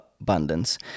abundance